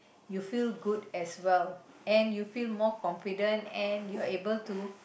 you feel good as well and you feel more confident